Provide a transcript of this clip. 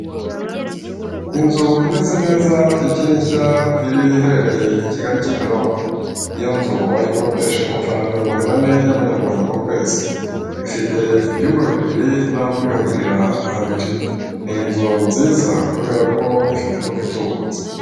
Inzu imeze neza ikiri nshya iri iherereye i Kigari Kimironko, iyo nzu wayikodesha ku mafaranga ibihumbi magana ane y'amanyarwanda ku kwezi, ifite ibyumba bibiri naho kwiyuhagirira habiri, ni inzu nziza kubera ko ifite imbuga itubutse.